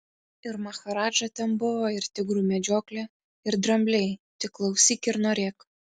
ir maharadža ten buvo ir tigrų medžioklė ir drambliai tik klausyk ir norėk